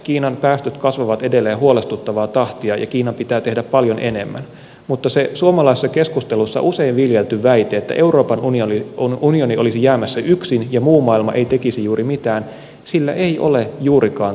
kiinan päästöt kasvavat edelleen huolestuttavaa tahtia ja kiinan pitää tehdä paljon enemmän mutta sillä suomalaisessa keskustelussa usein viljellyllä väitteellä että euroopan unioni olisi jäämässä yksin ja muu maailma ei tekisi juuri mitään ei ole juurikaan todellisuuspohjaa